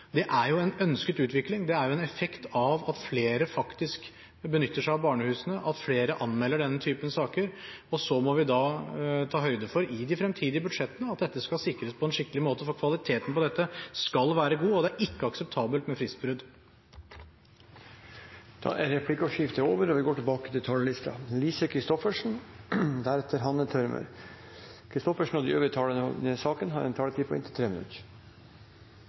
Det er jo en ønsket utvikling, det er jo en effekt av at flere faktisk benytter seg av barnehusene, at flere anmelder denne typen saker. Så må vi da ta høyde for – i de fremtidige budsjettene – at dette skal sikres på en skikkelig måte, for kvaliteten skal være god, og det er ikke akseptabelt med fristbrudd. Da er replikkordskiftet over. De talere som heretter får ordet, har en taletid på inntil